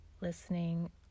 listening